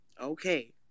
okay